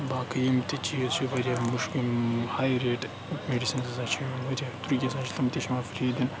باقٕے یِم تہِ چیٖز چھِ واریاہ مُشکِل ہاے ریٹ میڈِسَنٕز ہَسا چھِ واریاہ یِم ہَسا چھِ تِم تہِ چھِ یِوان فِرٛی دِنہٕ